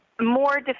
more